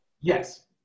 Yes